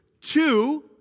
Two